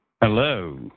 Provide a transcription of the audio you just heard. Hello